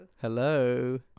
Hello